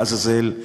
לעזאזל?